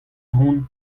hont